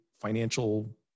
financial